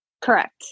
Correct